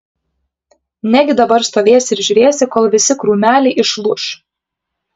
negi dabar stovėsi ir žiūrėsi kol visi krūmeliai išlūš